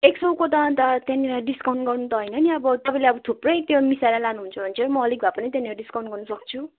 एक सौको त अन्त त्यहाँनिर डिस्काउन्ट गर्नु त होइन नि अब तपाईँले अब थुप्रै त्यो मिसाएर लानुहुन्छ भने चाहिँ म अलिक भएपनि त्यहाँनिर डिस्काउन्ट गर्नुसक्छु